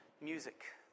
music